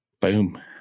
Boom